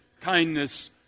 kindness